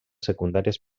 secundàries